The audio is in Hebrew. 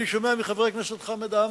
אני שומע מחבר הכנסת חמד עמאר,